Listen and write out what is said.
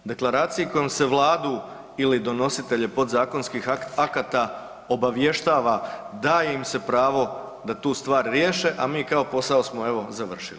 Deklaraciji kojom se Vladu ili donositelje podzakonskih akata obavještava da im se pravo da tu stvar riješe, a mi kao posao smo evo završili.